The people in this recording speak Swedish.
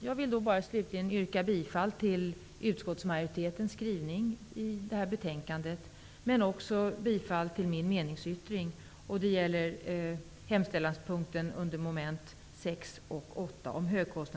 Jag vill slutligen yrka bifall till utskottsmajoritetens skrivning i det här betänkandet men också till min meningsyttring, som avser hemställanspunkten under mom. 6 och 8